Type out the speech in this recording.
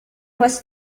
was